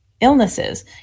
illnesses